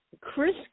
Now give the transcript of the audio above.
Chris